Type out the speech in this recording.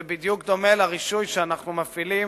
זה דומה בדיוק לרישוי שאנחנו מפעילים